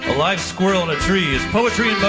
live squirrel on a tree is poetry